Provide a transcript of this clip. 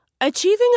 Achieving